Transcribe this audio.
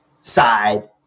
side